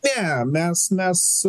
ne mes mes